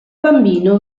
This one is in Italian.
bambino